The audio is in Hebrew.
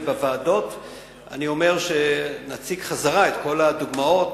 בוועדות אני אומר שנציג את כל הדוגמאות,